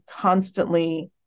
constantly